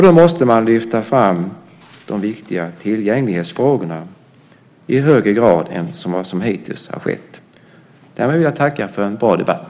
Då måste man lyfta fram de viktiga tillgänglighetsfrågorna i högre grad än vad som hittills har skett.